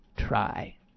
try